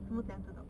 什么真么样知道